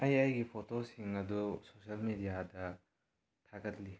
ꯑꯩ ꯑꯩꯒꯤ ꯐꯣꯇꯣꯁꯤꯡ ꯑꯗꯨ ꯁꯣꯁꯦꯜ ꯃꯦꯗꯤꯌꯥꯗ ꯊꯥꯒꯠꯂꯤ